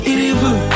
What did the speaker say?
evil